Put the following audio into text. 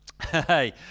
Hey